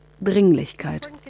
Dringlichkeit